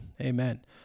amen